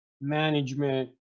management